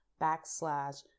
backslash